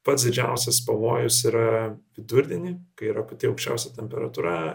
pats didžiausias pavojus yra vidurdienį kai yra pati aukščiausia temperatūra